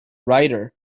writer